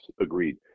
agreed